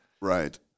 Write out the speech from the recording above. Right